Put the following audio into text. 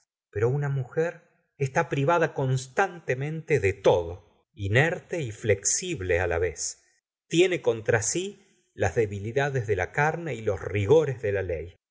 pero una mujer está privada constantemete de todo inerte y flexible á la vez tiene contra si las debilidades de la carne y los rigores de la ley